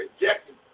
rejected